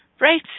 Right